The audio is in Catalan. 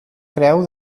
creu